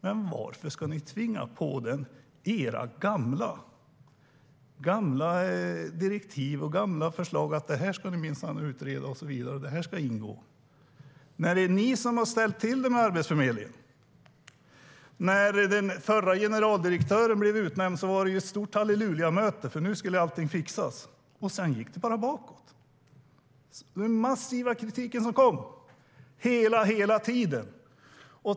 Men varför ska ni tvinga på den era gamla direktiv och gamla förslag om vad som ska utredas och vad som ska ingå? Det är ni som har ställt till det med Arbetsförmedlingen. När den förra generaldirektören utnämndes var det ett stort hallelujamöte. Nu skulle allting fixas! Men sedan gick det bara bakåt. Det kom massiv kritik hela tiden.